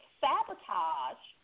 sabotage